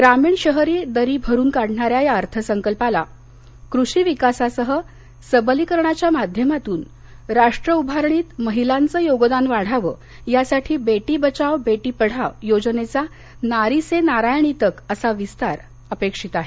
ग्रामीण शहरी दरी भरून काढणार्याअ या अर्थसंकल्पाला कृषी विकासासह सबलीकरणाच्या माध्यमातून राष्ट्र उभारणीत महिलांचं योगदान वाढावं यासाठी बेटी बचाव बेटी पढाव योजनेचा नारी से नारायणी तक असा विस्तार अपेक्षित आहे